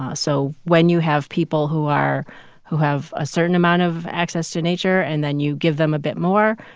um so when you have people who are who have a certain amount of access to nature and then you give them a bit more,